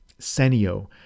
Senio